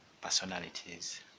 personalities